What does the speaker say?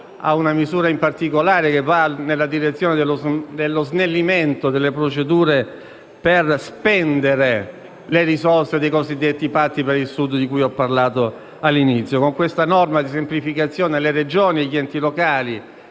ad una misura che va nella direzione dello snellimento delle procedure per spendere le risorse dei cosiddetti patti per il Sud, di cui ho parlato all'inizio. Con questa norma di semplificazione, Regioni ed enti locali